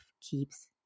keeps